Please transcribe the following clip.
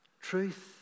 Truth